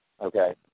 Okay